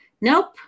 Nope